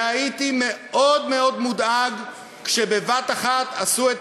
והייתי מאוד מאוד מודאג כשבבת-אחת עשו את